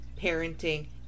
parenting